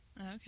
Okay